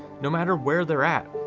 no matter where they're at.